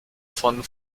von